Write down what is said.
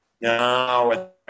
No